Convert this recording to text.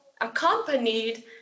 accompanied